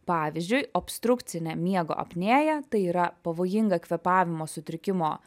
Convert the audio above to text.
pavyzdžiui obstrukcinė miego apnėja tai yra pavojinga kvėpavimo sutrikimo